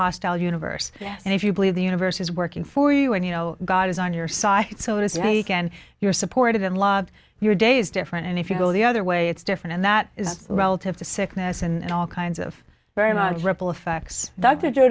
hostile universe and if you believe the universe is working for you and you know god is on your side so to speak and you're supportive and live your days different and if you go the other way it's different and that relative to sickness and all kinds of very much ripple effects d